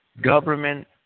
government